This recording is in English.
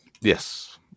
Yes